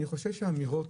אני חושב שהאמירות,